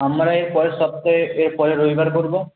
আপনারা এর পরের সপ্তাহে এর পরের রবিবার করব